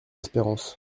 espérances